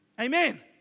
Amen